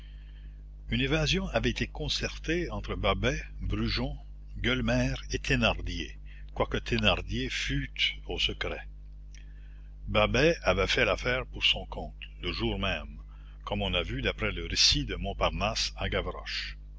une évasion avait été concertée entre babet brujon gueulemer et thénardier quoique thénardier fût au secret babet avait fait l'affaire pour son compte le jour même comme on a vu d'après le récit de montparnasse à gavroche